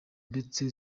ndetse